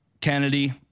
Kennedy